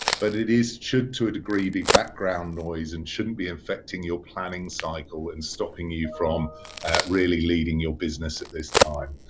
but it is should to a degree be background noise and shouldn't be infecting your planning cycle and stopping you from really leading your business at this time.